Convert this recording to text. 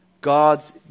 God's